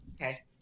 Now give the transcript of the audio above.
Okay